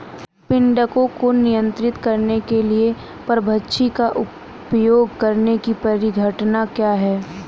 पीड़कों को नियंत्रित करने के लिए परभक्षी का उपयोग करने की परिघटना क्या है?